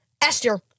Esther